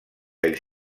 els